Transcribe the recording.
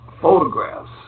photographs